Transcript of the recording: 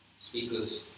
speakers